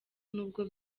nubwo